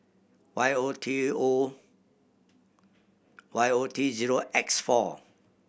Y O T O Y O T zero X four